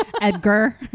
Edgar